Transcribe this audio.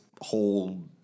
whole